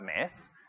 mess